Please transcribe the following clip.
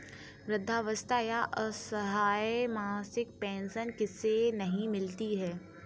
वृद्धावस्था या असहाय मासिक पेंशन किसे नहीं मिलती है?